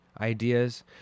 ideas